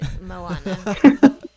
Moana